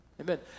Amen